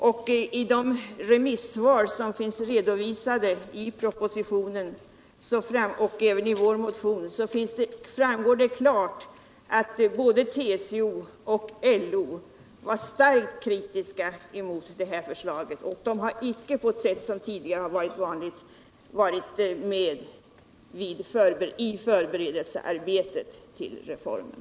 Av de remissvar som finns redovisade i propositionen framgår det klart — och det framgår också av vår motion — att både TCO och LO var starkt kritiska mot förslaget samt att en annan praxis än den gängse tillämpats vid förberedelserna till reformen.